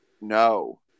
No